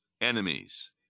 enemies